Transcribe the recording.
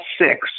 six